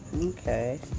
okay